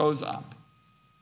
goes up